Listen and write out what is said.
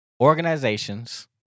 organizations